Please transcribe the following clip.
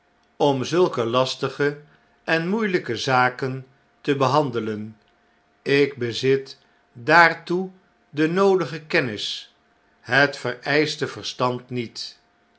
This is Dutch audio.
om zulke lastige en moeieiyke zaken te behandelen ik bezit daartoe de noodige kennis het vereischte verstand niet